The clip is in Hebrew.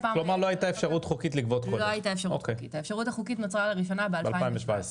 - האפשרות החוקית נוצרה לראשונה ב-2017,